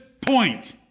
point